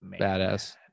Badass